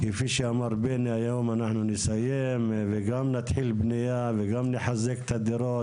כפי שאמר בני היום אנחנו נסיים וגם נתחיל בנייה וגם נחזק את הדירות